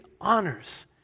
honors